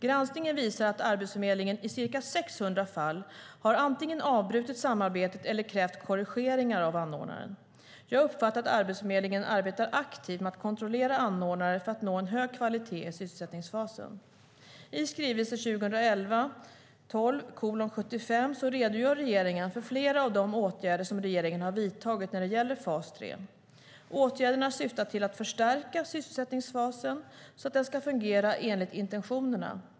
Granskningen visar att Arbetsförmedlingen i ca 600 fall har antingen avbrutit samarbetet eller krävt korrigeringar av anordnaren. Jag uppfattar att Arbetsförmedlingen arbetar aktivt med att kontrollera anordnare för att nå en hög kvalitet i sysselsättningsfasen. I skrivelse 2011/12:75 redogör regeringen för flera av de åtgärder som regeringen har vidtagit när det gäller fas 3. Åtgärderna syftar till att förstärka sysselsättningsfasen så att den ska fungera enligt intentionerna.